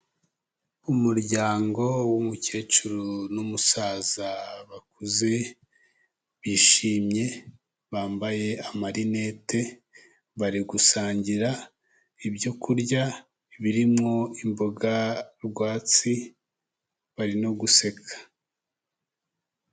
Umuryango w'umukecuru n'umusaza bakuze, bishimye, bambaye amarinete, bari gusangira ibyo kurya birimo imboga rwatsi, bari no guseka.